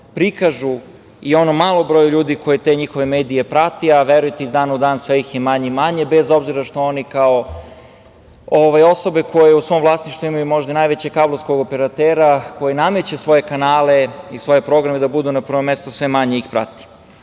prikažu i onom malom broju ljudi koji te njihove medije prati, a verujte iz dana u dan sve ih je manje i manje, bez obzira što oni u svom vlasništvu imaju možda najvećeg kablovskog operatera, koji nameće svoje kanale i svoje programe, da budu na prvom mestu sve manje ih prati. Tako